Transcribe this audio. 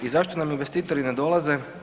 I zašto nam investitori ne dolaze?